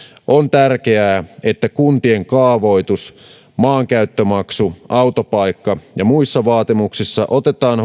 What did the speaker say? on tärkeää että kuntien kaavoitus maankäyttömaksu autopaikka ja muissa vaatimuksissa otetaan